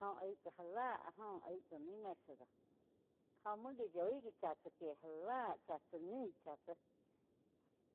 Jó aig chá já la áh joh aig tsá ni mesa do go muo gá yoi gá chá tsá kie já láh chá tsá ngi chá tsá,